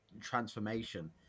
transformation